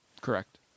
Correct